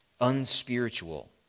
unspiritual